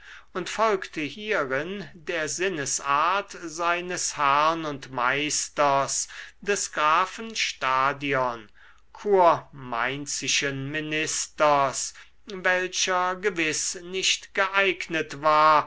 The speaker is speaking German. und folgte hierin der sinnesart seines herrn und meisters des grafen stadion kurmainzischen ministers welcher gewiß nicht geeignet war